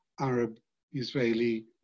Arab-Israeli